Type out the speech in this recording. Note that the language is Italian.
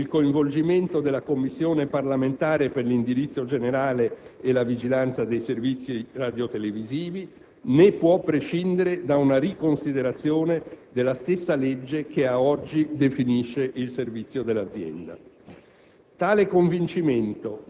che non può non prevedere il coinvolgimento della Commissione parlamentare per l'indirizzo generale e la vigilanza dei servizi radiotelevisivi, né può prescindere da una riconsiderazione della stessa legge che ad oggi definisce il servizio dell'azienda.